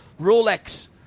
Rolex